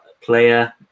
player